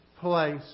place